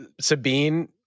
Sabine